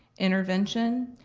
intervention,